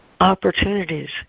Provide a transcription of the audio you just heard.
opportunities